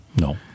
No